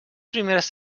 primeres